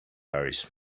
irish